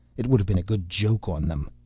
it would have been a good joke on them.